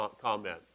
comment